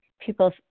people